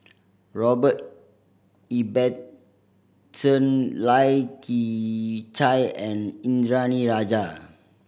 Robert Ibbetson Lai Kew Chai and Indranee Rajah